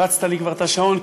הרצת לי כבר את השעון,